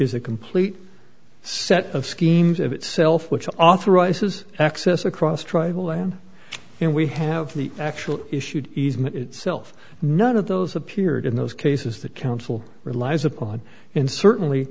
is a complete set of schemes of itself which authorizes access across tribal lands and we have the actual issued easement itself none of those appeared in those cases the council relies upon and certainly